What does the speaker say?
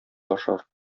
ашар